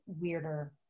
weirder